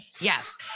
Yes